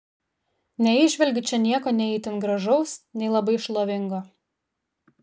neįžvelgiu čia nieko nei itin gražaus nei labai šlovingo